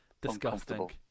disgusting